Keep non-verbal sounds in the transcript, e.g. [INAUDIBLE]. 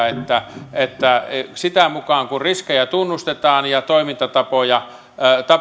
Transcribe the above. [UNINTELLIGIBLE] että että sitä mukaa kun riskejä tunnustetaan ja toimintatapoja